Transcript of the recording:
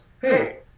hey